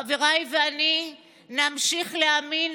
חבריי ואני נמשיך להאמין,